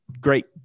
great